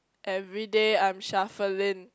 everyday I'm shuffling